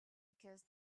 because